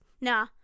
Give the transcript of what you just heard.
nah